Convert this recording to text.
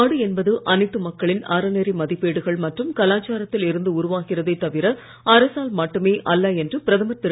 நாடு என்பது அனைத்து மக்களின் அறநெறி மதிப்பீடுகள் மற்றும் கலாச்சாரத்தில் இருந்து உருவாகிறதே தவிர அரசால் மட்டுமே அல்ல என்று பிரதமர் திரு